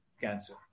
cancer